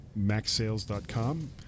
maxsales.com